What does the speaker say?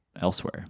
elsewhere